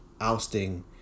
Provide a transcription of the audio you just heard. ousting